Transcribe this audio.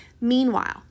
Meanwhile